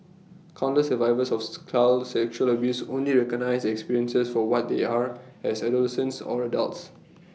countless survivors off's child sexual abuse only recognise their experiences for what they are as adolescents or adults